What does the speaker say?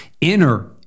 inner